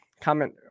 comment